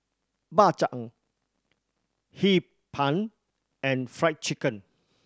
Bak Chang Hee Pan and Fried Chicken